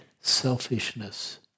selfishness